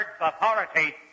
authority